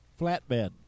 flatbed